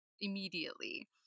immediately